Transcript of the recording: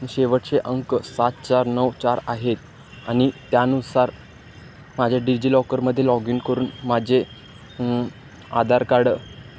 शेवटचे अंक सात चार नऊ चार आहेत आणि त्यानुसार माझ्या डिजिलॉकरमध्ये लॉग इन करून माझे आधार कार्ड